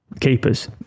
keepers